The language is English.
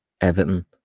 Everton